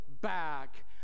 back